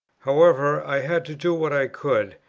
however, i had to do what i could,